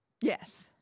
Yes